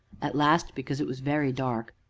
at last, because it was very dark,